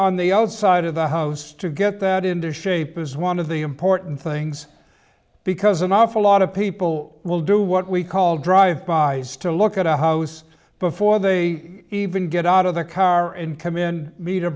on the outside of the house to get that into shape is one of the important things because an awful lot of people will do what we call drive bys to look at a house before they even get out of the car and come in me